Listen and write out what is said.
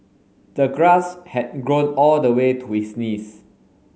the grass had grown all the way to his knees